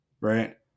right